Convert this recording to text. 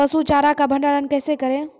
पसु चारा का भंडारण कैसे करें?